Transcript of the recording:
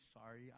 sorry